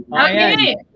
Okay